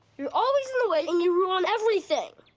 you're always in the way and you ruin everything.